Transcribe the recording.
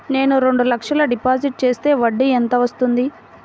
నేను రెండు లక్షల డిపాజిట్ చేస్తే వడ్డీ ఎంత వస్తుంది?